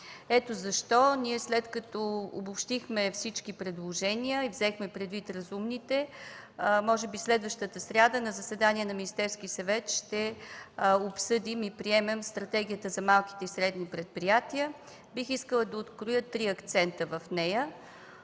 Ето защо ние след като обобщихме всички предложения и взехме предвид разумните, може би следващата сряда на заседание на Министерския съвет ще обсъдим и приемем Стратегията за малките и средните предприятия. Бих искал да откроя три акцента в нея.